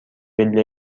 پله